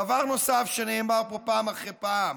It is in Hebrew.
דבר נוסף שנאמר פה פעם אחרי פעם,